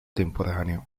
temporaneo